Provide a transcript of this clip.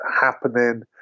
happening